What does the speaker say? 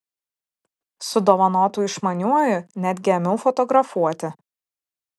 su dovanotu išmaniuoju netgi ėmiau fotografuoti